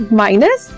minus